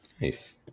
Nice